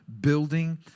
building